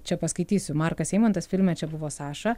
čia paskaitysiu markas eimontas filme čia buvo saša